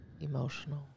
emotional